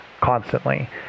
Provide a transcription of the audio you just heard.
constantly